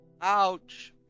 ouch